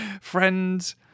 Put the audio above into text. Friends